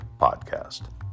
Podcast